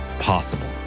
possible